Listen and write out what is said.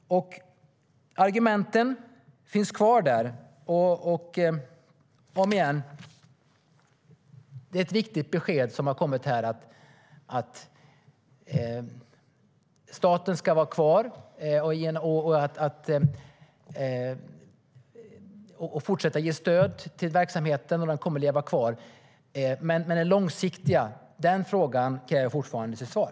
Argumenten finns kvar. Det är ett viktigt besked som nu har kommit om att staten fortsätter ge stöd till verksamheten och att den kommer att leva kvar. Men den långsiktiga frågan kräver fortfarande sitt svar.